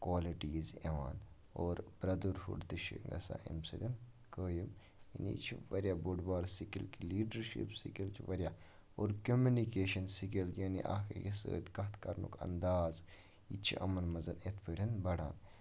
qualities یِوان اور brotherhood تہِ چھِ گژھان أمہِ سۭتۍ قٲیِم یعنی یہِ چھِ واریاہ بوٚڑ بار سِکِل لیٖڈَرشِپ سِکِل چھِ واریاہ اور کُمنِکیشَن سِکِل یعنی اَکھ أکِس سۭتۍ کَتھ کَرنُک انداز یہِ تہِ چھِ یِمَن منٛز یِتھ پٲٹھۍ بَڑان